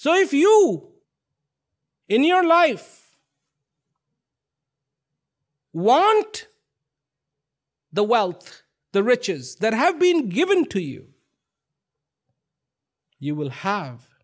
so if you in your life want the wealth the riches that have been given to you you will have